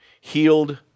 healed